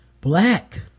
black